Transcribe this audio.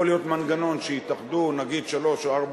יכול להיות מנגנון שיתאחדו שלוש או ארבע